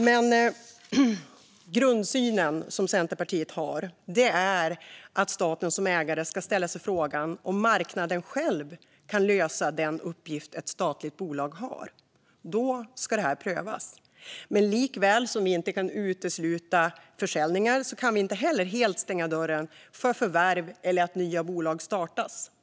Men Centerpartiets grundsyn är att staten som ägare ska ställa sig frågan om marknaden själv kan lösa den uppgift som ett statligt bolag har. Då ska det prövas. Men likaväl som vi inte kan utesluta försäljningar kan vi inte helt stänga dörren för förvärv eller för att nya bolag startas.